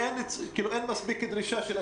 אין מספיק דרישה.